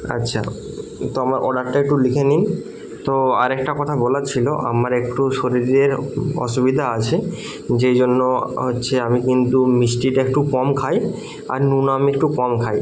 আচ্ছা তো আমার অর্ডারটা একটু লিখে নিন তো আর একটা কথা বলার ছিল আমার একটু শরীরে অসুবিধা আছে সেই জন্য হচ্ছে আমি কিন্তু মিষ্টিটা একটু কম খাই আর নুন আমি একটু কম খাই